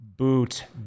Boot